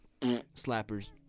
slappers